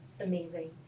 amazing